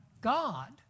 God